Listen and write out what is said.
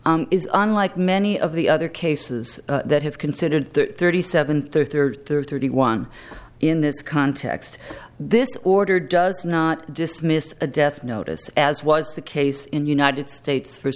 case is unlike many of the other cases that have considered thirty seven thirty or thirty one in this context this order does not dismiss a death notice as was the case in united states